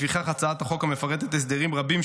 לפיכך, הצעת החוק מפרטת הסדרים רבים,